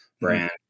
brand